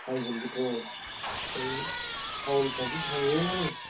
बायगोनबोथ' नों थावनफ्राव जे थाङो